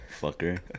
fucker